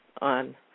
on